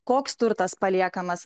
koks turtas paliekamas